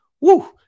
Woo